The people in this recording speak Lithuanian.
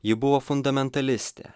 ji buvo fundamentalistė